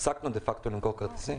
הפסקנו דה-פקטו למכור כרטיסים.